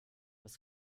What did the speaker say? das